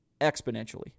exponentially